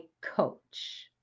coach